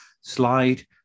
slide